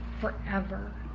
forever